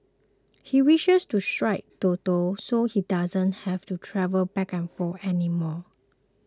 he wishes to strike Toto so he doesn't have to travel back and forth anymore